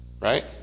Right